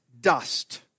dust